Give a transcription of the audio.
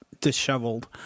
disheveled